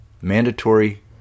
mandatory